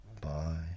Bye